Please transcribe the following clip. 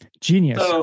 Genius